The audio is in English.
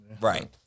Right